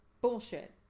Bullshit